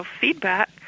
feedback